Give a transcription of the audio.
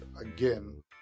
again